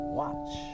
watch